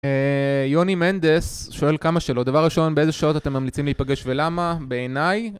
יוני מנדס שואל כמה שאלות, דבר ראשון באיזה שעות אתם ממליצים להיפגש ולמה? בעיניי